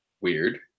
weird